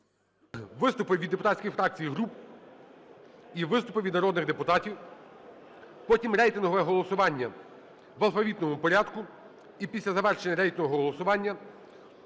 виступи від депутатських фракцій і груп і виступи від народних депутатів; потім рейтингове голосування в алфавітному порядку; і після завершення рейтингового голосування